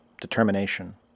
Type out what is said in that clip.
determination